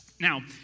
Now